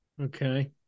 okay